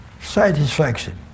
Satisfaction